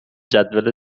جدول